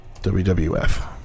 WWF